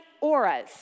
auras